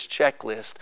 checklist